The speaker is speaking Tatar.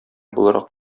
буларак